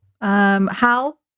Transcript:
Hal